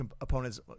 opponents